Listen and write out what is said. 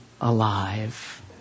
alive